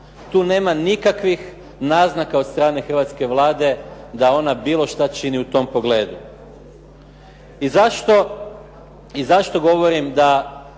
Tu nema nikakvih naznaka od strane hrvatske Vlade da ona bilo što čini u tom pogledu. I zašto govorim da